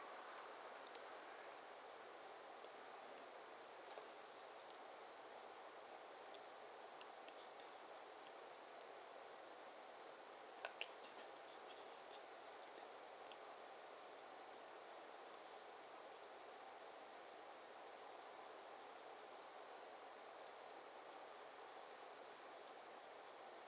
okay